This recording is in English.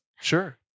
Sure